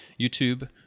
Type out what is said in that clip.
YouTube